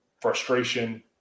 frustration